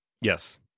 Yes